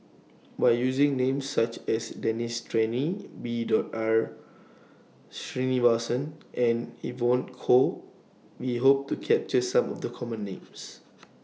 By using Names such as Denis Santry B Dot R Sreenivasan and Evon Kow We Hope to capture Some of The Common Names